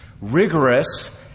rigorous